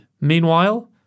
Meanwhile